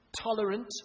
tolerant